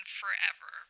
forever